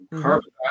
carbon